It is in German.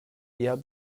eher